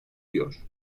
diyor